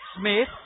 Smith